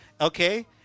okay